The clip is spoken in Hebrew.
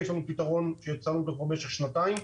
יש לנו פתרון שיצרנו במשך שנתיים.